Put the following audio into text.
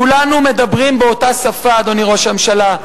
כולנו מדברים באותה שפה, אדוני ראש הממשלה.